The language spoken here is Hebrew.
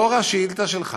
נוכח השאילתה שלך